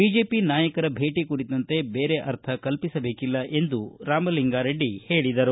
BJP ನಾಯಕರ ಬೇಟಿ ಕುರಿತಂತೆ ಬೇರೆ ಅರ್ಥ ಕಲ್ಪಿಸಬೇಕಿಲ್ಲ ಎಂದು ರಾಮಲಿಂಗಾರೆಡ್ಡಿ ಹೇಳಿದರು